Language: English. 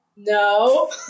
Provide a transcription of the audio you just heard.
No